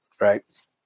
right